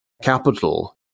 Capital